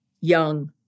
young